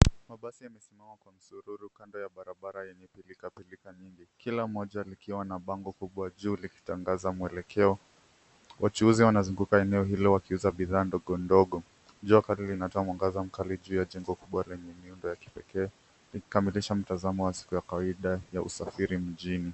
Mabasi yamesimama kwa msururu kando ya barabara yenye pilka pilka nyingi, kila moja likiwa na bango kubwa juu likitangaza mweleko. Wachuuzi wanazunguka eneo hilo wakiuza bidhaa ndogo ndogo. Jua kali linatoa mwangaza mkali juu ya jengo kubwa lenye miundo ya kipekee, ikikamilisha mtazamo wa siku ya kawaida ya usafiri mjini.